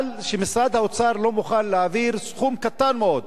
שמשרד האוצר לא מוכן להעביר סכום קטן מאוד,